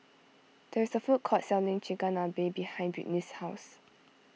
there is a food court selling Chigenabe behind Britny's house